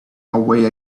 away